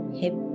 hip